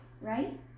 right